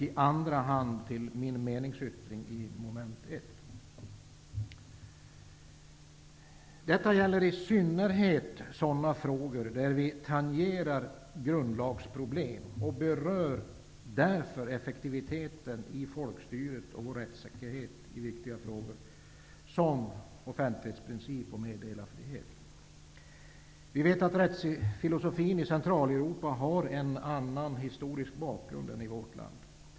I andra hand yrkar jag bifall till meningsyttringen, mom. 1. Detta gäller i synnerhet sådana frågor där vi tangerar grundlagsproblem och berör effektiviteten i folkstyret och vår rättssäkerhet. Det gäller viktiga områden såsom offentlighetsprincipen och meddelarfriheten. Vi vet att rättsfilosofin i Centraleuropa har en annan historisk bakgrund än rättsfilosofin i vårt land.